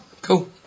Cool